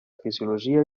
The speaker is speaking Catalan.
fisiologia